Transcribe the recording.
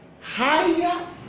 higher